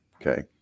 okay